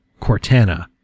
Cortana